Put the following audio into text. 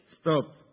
Stop